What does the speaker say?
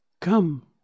come